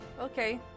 okay